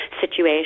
situation